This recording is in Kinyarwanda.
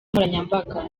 nkoranyambaga